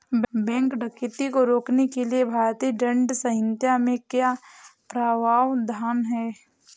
bank डकैती को रोकने के लिए भारतीय दंड संहिता में क्या प्रावधान है